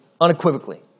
unequivocally